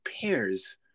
pairs